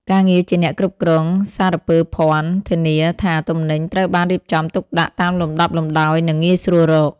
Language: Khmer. ការងារជាអ្នកគ្រប់គ្រងសារពើភ័ណ្ឌ ធានាថាទំនិញត្រូវបានរៀបចំទុកដាក់តាមលំដាប់លំដោយ និងងាយស្រួលរក។